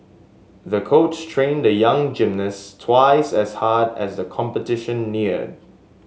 the coach trained the young gymnast twice as hard as the competition neared